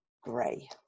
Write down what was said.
gray